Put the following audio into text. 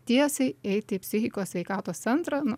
tiesiai eiti į psichikos sveikatos centrą nu